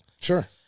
sure